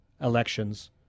elections